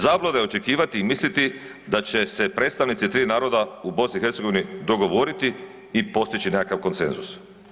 Zabluda je očekivati i misliti da će se predstavnici tri naroda u BiH dogovoriti i postići nekakav konsenzus.